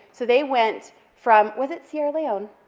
so they went from, was it sierra leone?